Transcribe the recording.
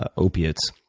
ah opiates,